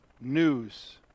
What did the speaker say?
news